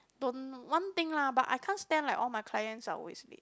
don't one thing lah but I can't stand like all my clients are always late